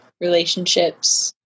relationships